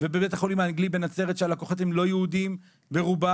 ובבית החולים האנגלי בנצרת שהלקוחות הם לא יהודים ברובם,